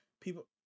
people